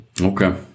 Okay